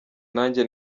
nanjye